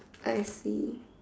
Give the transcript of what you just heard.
I see